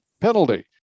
penalty